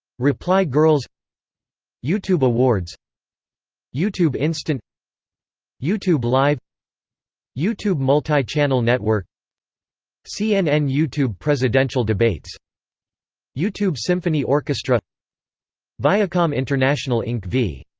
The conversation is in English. reply girls youtube awards youtube instant youtube live youtube multi channel network cnn-youtube presidential debates youtube symphony orchestra viacom international inc. v.